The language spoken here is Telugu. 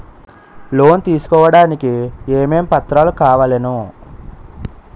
లోన్ తీసుకోడానికి ఏమేం పత్రాలు కావలెను?